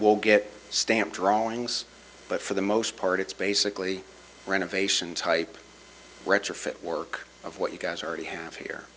will get stamped drawings but for the most part it's basically renovation type retrofit work of what you guys already have here